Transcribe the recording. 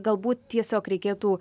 galbūt tiesiog reikėtų